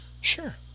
sure